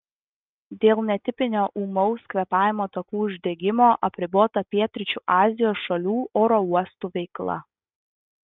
dėl netipinio ūmaus kvėpavimo takų uždegimo apribota pietryčių azijos šalių oro uostų veikla